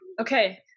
okay